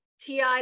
TI